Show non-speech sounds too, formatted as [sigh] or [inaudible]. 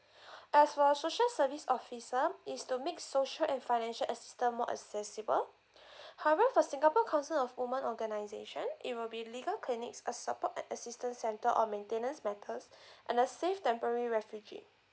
[breath] as for social service officer it's to make social and financial assistant more accessible [breath] however for singapore council of woman organisation it will be legal clinics a support and assistance centre on maintenance matters [breath] and a safe temporary refuge